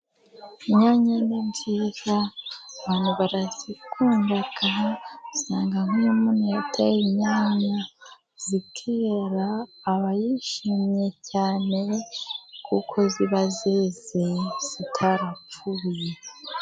Inyanya ni nziza abantu barazikunda, usanga nk'iyo umuntu yateye inyanya zikera, aba yishimye cyane kuko ziba zeze zitarapfuye.